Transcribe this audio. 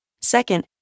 Second